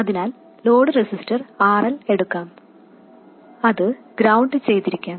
അതിനാൽ load resistor RL എടുക്കാം അത് ഗ്രൌണ്ട് ചെയ്തിരിക്കാം